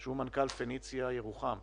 מנכ"ל "פניציה" ירוחם,